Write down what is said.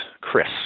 Chris